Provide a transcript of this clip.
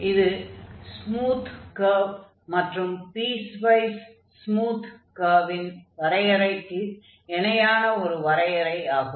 இது smooth curve மற்றும் piecewise smooth கர்வின் வரையறைக்கு இணையான ஒரு வரையறை ஆகும்